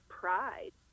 pride